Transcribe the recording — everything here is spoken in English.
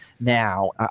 now